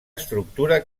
estructura